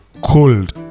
cold